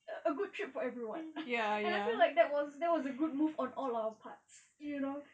a good trip for everyone and I feel like that was that was a good move on all our parts you know